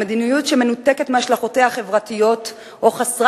המדיניות שמנותקת מהשלכותיה החברתיות או חסרת